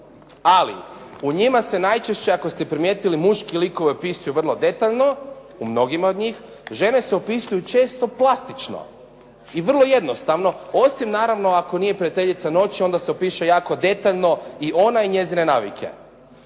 ali u njima se najčešće ako ste primijetili muški likovi opisuju detaljno u mnogima od njih, žene se opisuju često plastično i vrlo jednostavno, osim naravno ako nije prijateljica noći, onda se opiše jako detaljno i ona i njezine navike.